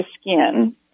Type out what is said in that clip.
skin